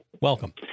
Welcome